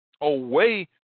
away